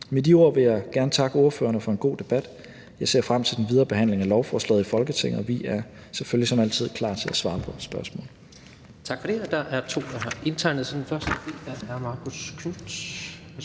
Med de ord vil jeg gerne takke ordførerne for en god debat. Jeg ser frem til den videre behandling af lovforslaget i Folketinget, og vi er selvfølgelig som altid klar til at svare på spørgsmål.